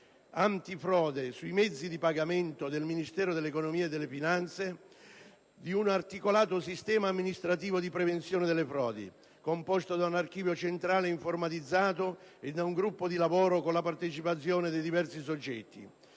antifrode sui mezzi di pagamento del Ministero dell'economia e delle finanze, si è prevista l'istituzione di un articolato sistema amministrativo di prevenzione delle frodi, composto da un archivio centrale informatizzato e da un gruppo di lavoro con la partecipazione di diversi soggetti.